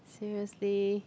seriously